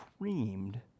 creamed